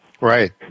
Right